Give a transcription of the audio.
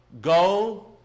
Go